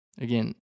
Again